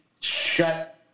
shut